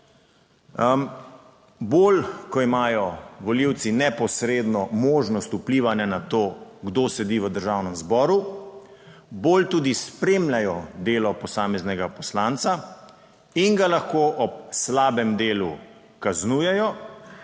Bolj ko imajo volivci neposredno možnost vplivanja na to, kdo sedi v Državnem zboru, bolj tudi spremljajo delo posameznega poslanca in ga lahko ob slabem delu kaznujejo,